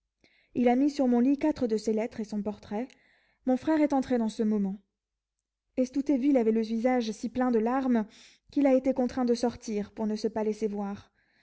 il a mis sur mon lit quatre de ses lettres et son portrait mon frère est entré dans ce moment estouteville avait le visage si plein de larmes qu'il a été contraint de sortir pour ne se pas laisser voir